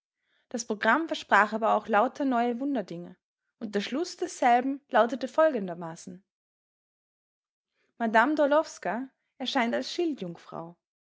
das programm versprach aber auch lauter neue wunderdinge und der schluß desselben lautete folgendermaßen madame d'orlowska erscheint als